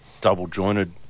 double-jointed